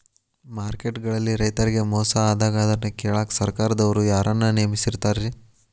Market ಗಳಲ್ಲಿ ರೈತರಿಗೆ ಮೋಸ ಆದಾಗ ಅದನ್ನ ಕೇಳಾಕ್ ಸರಕಾರದವರು ಯಾರನ್ನಾ ನೇಮಿಸಿರ್ತಾರಿ?